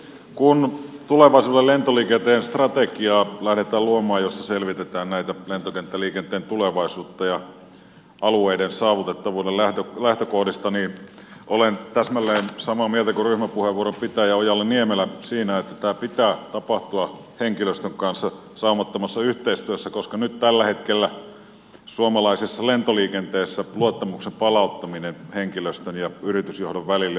kun tulevaisuuden lentoliikenteen strategiaa lähdetään luomaan jossa selvitetään tätä lentokenttäliikenteen tulevaisuutta alueiden saavutettavuuden lähtökohdista niin olen täsmälleen samaa mieltä kuin ryhmäpuheenvuoron pitäjä ojala niemelä siinä että tämän pitää tapahtua henkilöstön kanssa saumattomassa yhteistyössä koska nyt tällä hetkellä suomalaisessa lentoliikenteessä luottamuksen palauttaminen henkilöstön ja yritysjohdon välille on äärimmäisen tärkeää